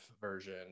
version